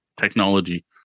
technology